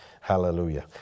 Hallelujah